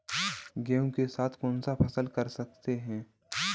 गेहूँ के साथ कौनसी फसल कर सकते हैं?